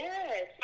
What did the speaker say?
Yes